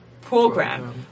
program